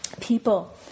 people